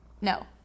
No